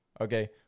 Okay